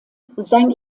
sein